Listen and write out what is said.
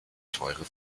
teure